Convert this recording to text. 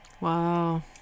Wow